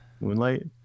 moonlight